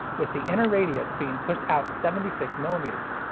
with the inner radius being pushed out seventy six millimeters.